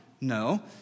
No